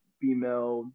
female